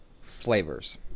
flavors